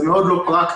זה מאוד לא פרקטי.